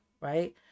right